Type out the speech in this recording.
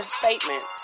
statement